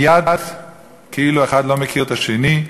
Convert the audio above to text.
מייד כאילו האחד לא מכיר את השני.